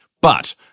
But-